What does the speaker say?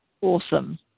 awesome